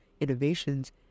innovations